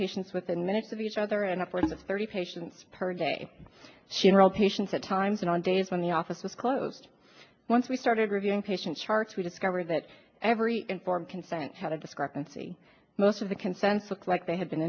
patients within minutes of each other and upward thirty patients per day she enrolled patients at times and on days when the office was closed once we started reviewing patient charts we discovered that every informed consent had a discrepancy most of the consensus like they had been